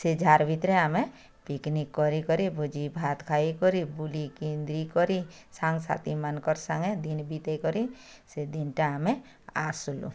ସେ ଝାର୍ ଭିତରେ ଆମେ ପିକନିକ୍ କରିକରି ଭୋଜିଭାତ୍ ଖାଇକରି ବୁଲିକି କେନ୍ଦ୍ରିକରି ସାଙ୍ଗ ସାଥିମାନଙ୍କର୍ ସାଙ୍ଗେ ଦିନ୍ ବିତେଇକରି ସେ ଦିନଟା ଆମେ ଆସ୍ଲୁ